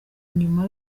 inyuma